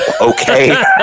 okay